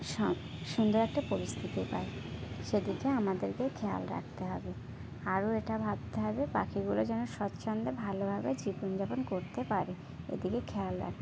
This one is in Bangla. সুন্দর একটা পরিস্থিতি পায় সে দিকে আমাদেরকে খেয়াল রাখতে হবে আরও এটা ভাবতে হবে পাখিগুলো যেন স্বচ্ছন্দে ভালো ভাবে জীবনযাপন করতে পারে এ দিকে খেয়াল রাখতে